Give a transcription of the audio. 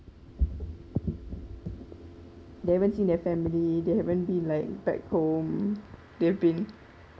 never seen their family they haven't been like back home they have been